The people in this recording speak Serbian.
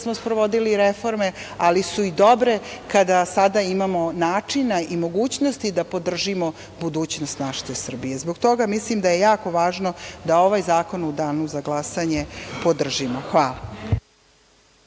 smo sprovodili reforme, ali su i dobre kada sada imamo načina i mogućnosti da podržimo budućnost Srbije. Zbog toga mislim da je jako važno da ovaj zakon u danu za glasanje podržimo. Hvala.